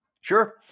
Sure